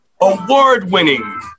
award-winning